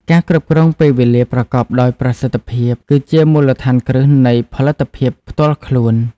ការគ្រប់គ្រងពេលវេលាប្រកបដោយប្រសិទ្ធភាពគឺជាមូលដ្ឋានគ្រឹះនៃផលិតភាពផ្ទាល់ខ្លួន។